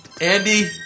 Andy